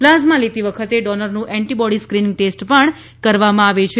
plasma લેતી વખતે ડોનરનું એન્ટી બોડી સ્ક્રિનિંગ ટેસ્ટ પણ કરવામાં આવે છે